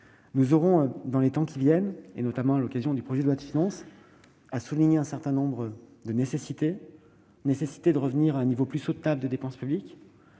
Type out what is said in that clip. Nous aurons, dans les temps à venir, et notamment lors de l'examen du projet de loi de finances, à souligner un certain nombre de nécessités : revenir à un niveau plus soutenable de dépenses publiques